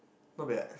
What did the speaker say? not bad